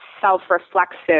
self-reflexive